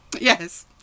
yes